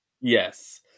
Yes